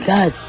God